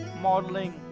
modeling